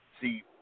See